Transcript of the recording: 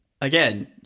Again